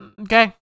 okay